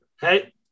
hey